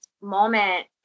moment